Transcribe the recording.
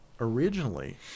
originally